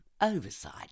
oversight